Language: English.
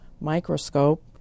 microscope